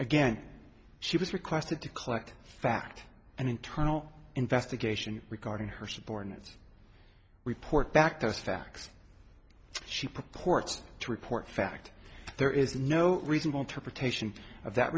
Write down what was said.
again she was requested to collect fact an internal investigation regarding her subordinates report back those facts she purports to report fact there is no reasonable to protection of that